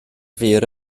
fur